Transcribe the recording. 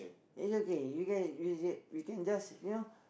is okay you can you just get we can just you know